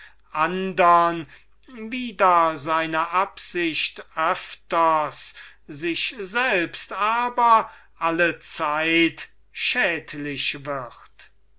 andern wider seine absicht öfters sich selbst aber allezeit schädlich wird